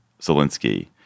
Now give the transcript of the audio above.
Zelensky